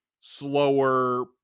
slower